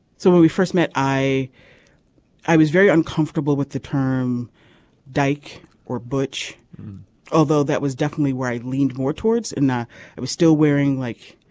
so when we first met i i was very uncomfortable with the term dyke or butch although that was definitely where i leaned more towards in that ah i was still wearing like